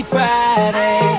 Friday